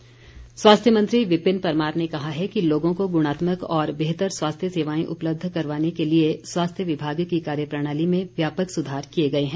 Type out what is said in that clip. परमार स्वास्थ्य मंत्री विपिन परमार ने कहा है कि लोगों को गुणात्मक और बेहतर स्वास्थ्य सेवाएं उपलब्ध करवाने के लिए स्वास्थ्य विभाग की कार्य प्रणाली में व्यापक सुधार किए गए हैं